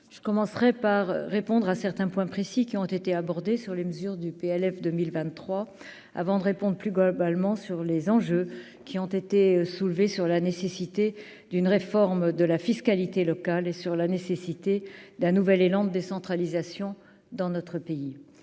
je commencerai par répondre à certains points précis qui ont été abordés sur les mesures du PLF 2023 avant d'répondent plus globalement sur les enjeux qui ont été soulevées sur la nécessité d'une réforme de la fiscalité locale et sur la nécessité d'un nouvel élan décentralisation dans notre pays